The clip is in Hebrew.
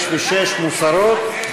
5 ו-6 מוסרות,